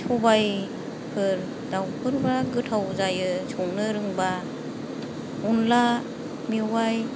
सबायफोर दाउफोरबा गोथाव जायो संनो रोंबा अनला मेवाइ